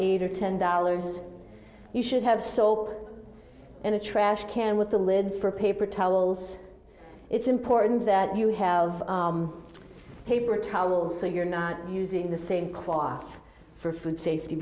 eight or ten dollars you should have soap in a trash can with a lid for paper towels it's important that you have paper towels so you're not using the same cloth for food safety